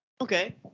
Okay